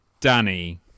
Danny